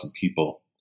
people